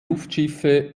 luftschiffe